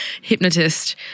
hypnotist